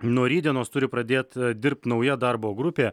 nuo rytdienos turi pradėt dirbt nauja darbo grupė